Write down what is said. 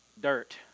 dirt